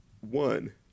One